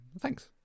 Thanks